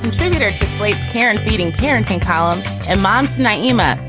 blade parent reading parenting column and moms nyima,